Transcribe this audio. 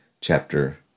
chapter